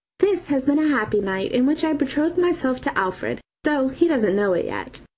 this has been a happy night, in which i betrothed myself to alfred, though he doesn't know it yet.